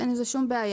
אין בזה שום בעיה.